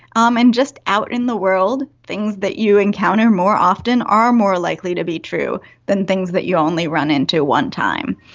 um and just out in the world, things that you encounter more often are more likely to be true than things that you only run into one time.